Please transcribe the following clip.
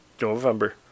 november